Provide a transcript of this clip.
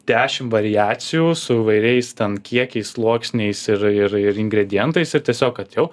dešimt variacijų su įvairiais ten kiekiais sluoksniais ir ir ir ingredientais ir tiesiog kad jau